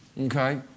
Okay